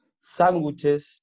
Sandwiches